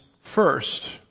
first